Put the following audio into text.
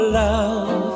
love